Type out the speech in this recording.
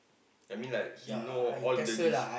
I mean like she know all the dish